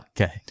Okay